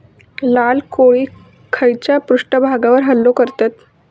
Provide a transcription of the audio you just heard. लाल कोळी खैच्या पृष्ठभागावर हल्लो करतत?